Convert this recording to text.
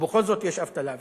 ובכל זאת יש אבטלה.